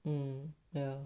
um yeah